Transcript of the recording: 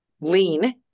lean